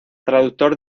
traductor